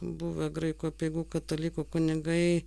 buvę graikų apeigų katalikų kunigai